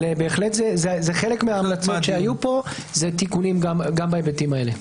בהחלט חלק מההמלצות שהיו פה זה תיקונים גם בהיבטים האלה.